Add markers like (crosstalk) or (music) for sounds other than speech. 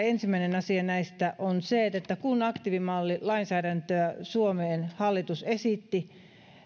(unintelligible) ensimmäinen asia näistä on se että kun aktiivimallilainsäädäntöä suomeen hallitus esitti